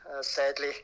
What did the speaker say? sadly